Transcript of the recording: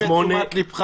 לא, הוא מפנה לתשומת ליבך.